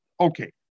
Okay